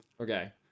Okay